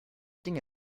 dinge